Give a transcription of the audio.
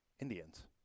Indians